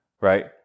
right